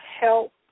help